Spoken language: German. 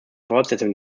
fortsetzung